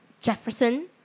Jefferson